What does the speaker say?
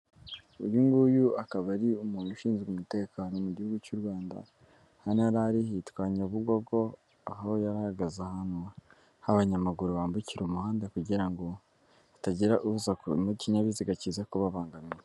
Uyu nguyu akaba ari umuntu ushinzwe umutekano mu gihugu cy'u Rwanda, hano yari ari hitwa Nyabugogo aho yahagaze ahantu ho abanyamaguru bambukira, umuhanda kugira ngo hatagira uza n'ikinyabiziga kiza kubabangamira.